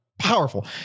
Powerful